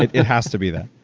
it has to be that.